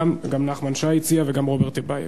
גם נחמן שי הציע, וגם רוברט טיבייב.